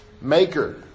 maker